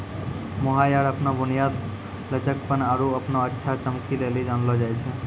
mohair अपनो बुनियाद, लचकपन आरु अपनो अच्छा चमको लेली जानलो जाय छै